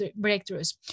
breakthroughs